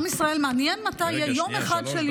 עם ישראל, מעניין מתי יהיה יום אחד, רגע, שנייה.